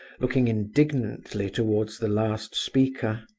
looking indignantly towards the last speaker.